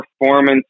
performance